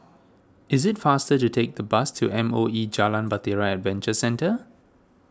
it is faster to take the bus to M O E Jalan Bahtera Adventure Centre